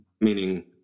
Meaning